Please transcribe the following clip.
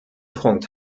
punkt